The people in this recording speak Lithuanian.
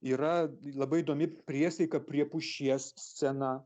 yra labai įdomi priesaika prie pušies scena